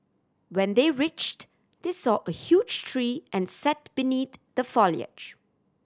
when they reached they saw a huge tree and sat beneath the foliage